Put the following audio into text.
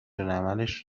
العملش